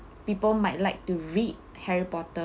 people might like to read harry potter